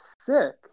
sick